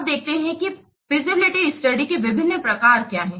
अब देखते हैं कि फीजिबिलिटी स्टडी के विभिन्न प्रकार क्या हैं